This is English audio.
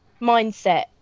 mindset